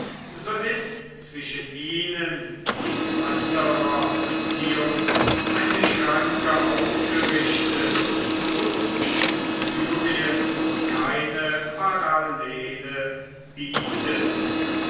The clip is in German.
so ist zwischen ihnen in anderer beziehung eine schranke aufgerichtet wozu syrien keine parallele bietet